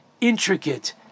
intricate